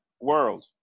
world